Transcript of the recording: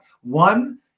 One